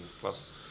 plus